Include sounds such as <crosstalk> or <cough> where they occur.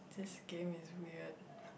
this game is weird <breath>